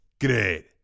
Great